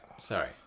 sorry